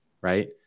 right